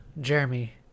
Jeremy